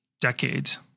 decades